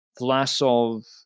Vlasov